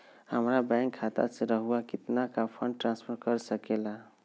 हमरा बैंक खाता से रहुआ कितना का फंड ट्रांसफर कर सके ला?